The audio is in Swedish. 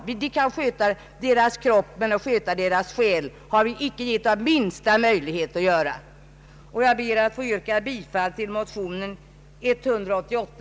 Jo, de lär sig att sköta deras kropp, men att lära sig att sköta deras själ har vi inte gett dem minsta möjlighet till. Herr talman! Jag ber att få yrka bifall till motion I: 188.